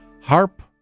Harp